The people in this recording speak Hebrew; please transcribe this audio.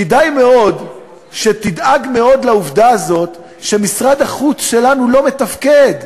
כדאי מאוד שתדאג מאוד מהעובדה הזאת שמשרד החוץ שלנו לא מתפקד.